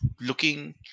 looking